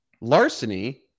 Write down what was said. Larceny